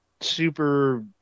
super